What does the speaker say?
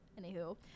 Anywho